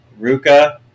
Ruka